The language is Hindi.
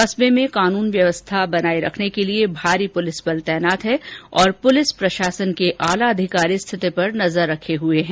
कस्बे में कानून व्यवस्था बनाये रखने के लिए भारी पुलिस बल तैनात है और पुलिस प्रशासन के आला अधिकारी स्थिति पर नजर बनाये हुए है